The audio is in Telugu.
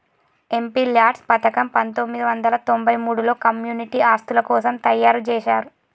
ఎంపీల్యాడ్స్ పథకం పందొమ్మిది వందల తొంబై మూడులో కమ్యూనిటీ ఆస్తుల కోసం తయ్యారుజేశారు